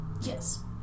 Yes